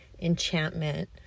enchantment